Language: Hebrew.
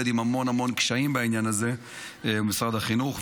עם המון המון קשיים בעניין הזה היה משרד החינוך.